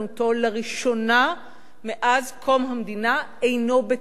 לראשונה מאז קום המדינה אינו בתוקף,